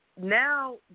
Now